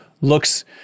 looks